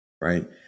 right